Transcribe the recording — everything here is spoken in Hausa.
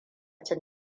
cin